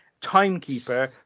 timekeeper